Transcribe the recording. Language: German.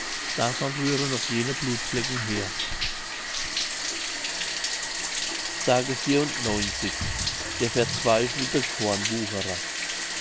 davon rühren noch jene blutflecken her s der verzweifelte